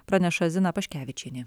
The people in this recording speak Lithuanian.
praneša zina paškevičienė